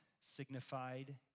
signified